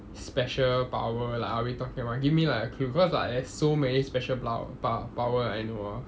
special power lah are we talking about give me like a clue cause like there's so many special po~ pow~ power lah in the world